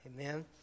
Amen